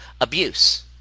abuse